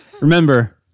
remember